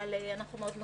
אבל אנחנו מאוד מקפידים.